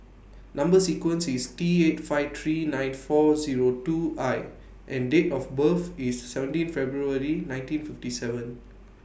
Number sequence IS T eight five three nine four Zero two I and Date of birth IS seventeen February nineteen fifty seven